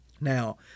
Now